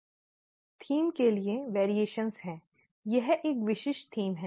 विषय के लिए भिन्नताएं हैं यह एक विशिष्ट विषय है